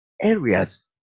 areas